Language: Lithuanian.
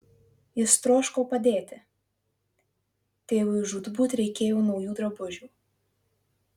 jis troško padėti tėvui žūtbūt reikėjo naujų drabužių